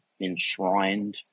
enshrined